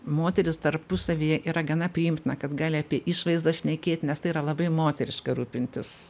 moterys tarpusavyje yra gana priimtina kad gali apie išvaizdą šnekėt nes tai yra labai moteriška rūpintis